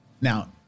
Now